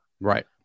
right